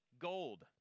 gold